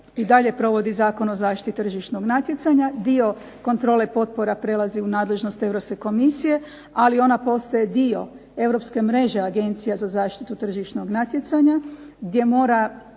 i dalje provodi Zakon o zaštiti tržišnog natjecanja. Dio kontrole potpora prelazi u nadležnost Europske komisije, ali ona postaje dio europske mreže Agencija za zaštitu tržišnog natjecanja gdje mora